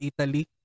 Italy